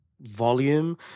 volume